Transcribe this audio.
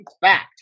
fact